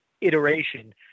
iteration